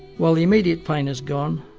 while the immediate pain has gone,